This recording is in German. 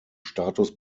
status